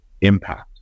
impact